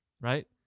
right